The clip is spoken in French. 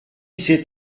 ses